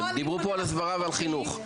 דיברו פה על הסברה ועל חינוך.